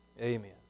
Amen